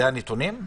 אלה הנתונים?